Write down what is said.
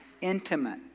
intimate